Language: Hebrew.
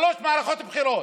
שלוש מערכות בחירות.